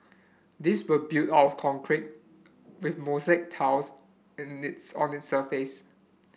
these were built of concrete with mosaic tiles in its on its surface